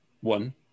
One